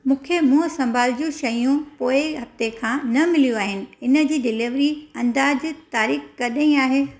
मूंखे मूंह संभालु जूं शयूं पोइ हफ़्ते खां न मिलियूं आहिनि इनजी डिलीवरी अंदाज़ तारीख़ कॾहिं आहे